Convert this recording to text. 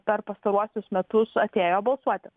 per pastaruosius metus atėjo balsuoti